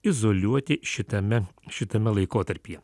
izoliuoti šitame šitame laikotarpyje